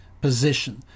position